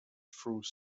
through